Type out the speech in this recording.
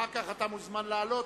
אחר כך אתה מוזמן לעלות,